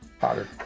Potter